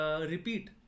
repeat